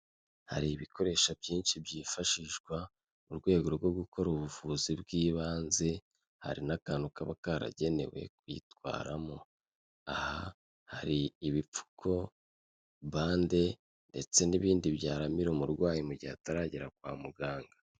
Hari ibikoresho byinshi byifashishwa mu rwego rwo gukora ubuvuzi bw'ibanze hari n'akantu kaba karagenewe kuyitwaramo aha hari ibipfuko, bande ndetse n'ibindi byaramira umurwayi mu gihe ataragera kwa muganga.